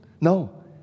No